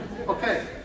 Okay